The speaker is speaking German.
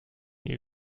ihr